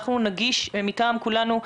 אנחנו נגיש מטעם כולנו,